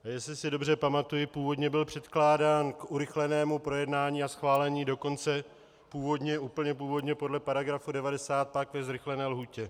Jestli si dobře pamatuji, původně byl předkládán k urychlenému projednání a schválení, dokonce původně, úplně původně podle § 90, pak ve zrychlené lhůtě.